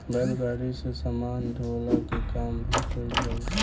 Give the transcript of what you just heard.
बैलगाड़ी से सामान ढोअला के काम भी कईल जाला